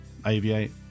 Aviate